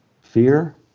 Fear